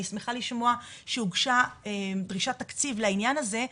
שמחה לשמוע שהוגשה דרישת תקציב לעניין הזה,